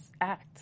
act